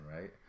right